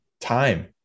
time